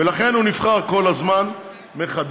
ולכן הוא נבחר כל הזמן מחדש,